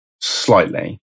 Slightly